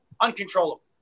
uncontrollable